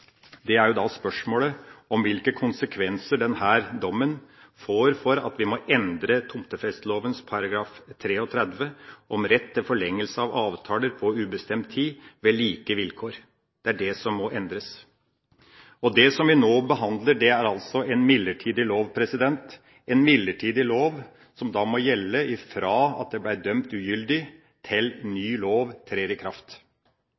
er spørsmålet om hvilke konsekvenser denne dommen får for at vi må endre tomtefesteloven § 33, om rett til forlengelse av avtaler på ubestemt tid ved like vilkår. Det er det som må endres. Det som vi nå behandler, er altså en midlertidig lov, en midlertidig lov som da må gjelde fra dagens lov ble dømt ugyldig, til ny lov trer i kraft.